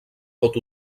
pot